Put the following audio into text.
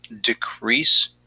decrease